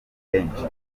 henshi